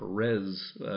Perez